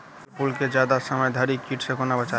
फल फुल केँ जियादा समय धरि कीट सऽ कोना बचाबी?